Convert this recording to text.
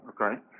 Okay